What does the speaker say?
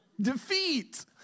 Defeat